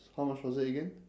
how much was it again